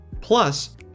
Plus